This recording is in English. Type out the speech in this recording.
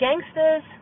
gangsters